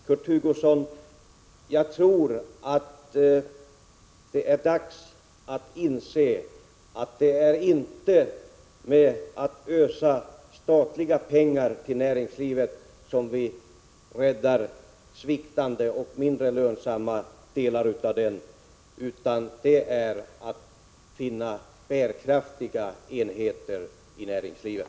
Kurt Hugosson, jag tror att det är dags att inse att det inte är genom att ösa statliga pengar till näringslivet som vi räddar sviktande och mindre lönsamma delar av en näringsgren utan det är genom att finna bärkraftiga enheter i näringslivet.